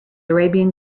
arabian